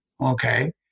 okay